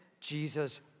Jesus